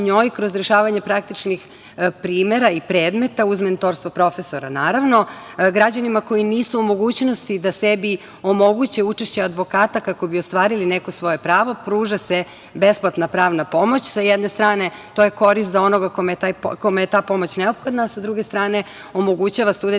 njoj kroz rešavanje praktičnih primera i predmeta, uz mentorstvo profesora naravno, građanima koji nisu u mogućnosti da sebi omoguće učešće advokata kako bi ostvarili neko svoje pravo, pruža se besplatna pravna pomoć. Sa jedne strane to je korist za onoga kome je ta pomoć neophodna, sa druge strane omogućava studentima